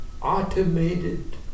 automated